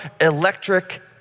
electric